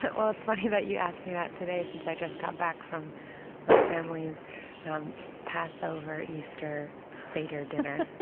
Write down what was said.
but well, it's funny that you ask me that today since i just got back from my family's passover, easter, seder dinner,